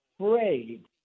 afraid